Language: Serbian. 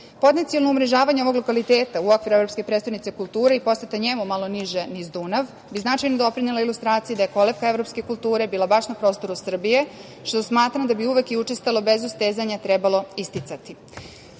Potencionalno umrežavanje ovog lokaliteta u okviru „Evropske prestonice kulture“ i poseta njemu, malo niže niz Dunav, bi značajno doprinela ilustraciji da je kolevka evropske kulture bila baš na prostoru Srbije, što smatram da bi uvek i učestalo, bez ustezanja, trebalo isticati.„Evropska